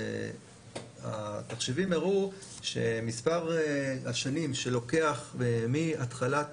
התחשיבים הראו שמספר השנים שלוקח מהתחלת